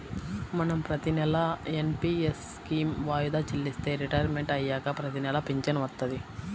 మనం ప్రతినెలా NPS scheme వాయిదా చెల్లిస్తే రిటైర్మంట్ అయ్యాక ప్రతినెలా పింఛను వత్తది